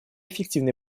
эффективной